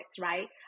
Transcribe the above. right